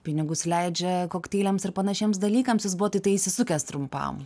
pinigus leidžia kokteiliams ir panašiems dalykams jis buvo tiktai įsisukęs trumpam